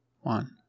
one